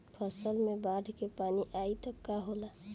फसल मे बाढ़ के पानी आई त का होला?